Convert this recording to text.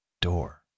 door